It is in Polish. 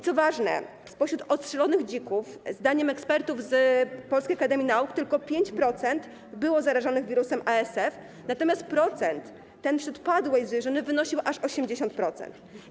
Co ważne, spośród odstrzelonych dzików, zdaniem ekspertów z Polskiej Akademii Nauk, tylko 5% było zarażonych wirusem ASF, natomiast procent ten wśród padłej zwierzyny wynosił aż 80%.